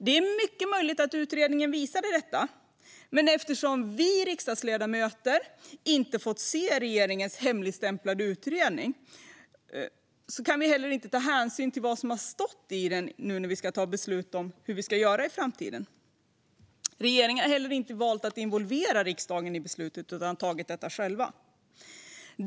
Det är möjligt att utredningen visade detta, men eftersom vi riksdagsledamöter inte fått se regeringens hemligstämplade utredning har vi inte kunnat ta del av innehållet. Regeringen har inte heller involverat riksdagen i detta beslut utan tagit det själv.